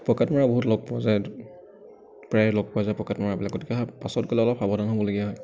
pocket মৰা বহুত লগ পোৱা যায় প্ৰায়ে লগ পোৱা যায় পকেট মৰাবিলাকক গতিকে হয় বাছত গ'লে অলপ সাৱধান হ'বলগীয়া হয়